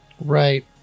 Right